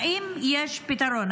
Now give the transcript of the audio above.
האם יש פתרון?